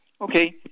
Okay